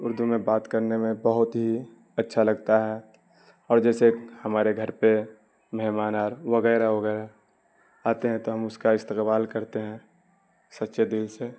اردو میں بات کرنے میں بہت ہی اچھا لگتا ہے اور جیسے ہمارے گھر پہ مہمان اور وغیرہ وغیرہ آتے ہیں تو ہم اس کا استقبال کرتے ہیں سچے دل سے